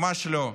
ממש לא.